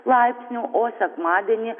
laipsnių o sekmadienį